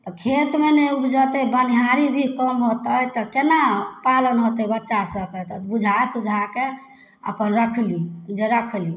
तऽ खेतमे नहि उपजतै बनिहारीभी कम होतै तऽ केना पालन होतै बच्चा सबके तऽ बुझा सुझा कऽ अपन रखली जे रखली